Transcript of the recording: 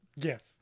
Yes